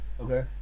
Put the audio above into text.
Okay